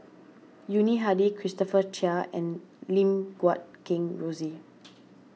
Yuni Hadi Christopher Chia and Lim Guat Kheng Rosie